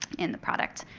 in the product.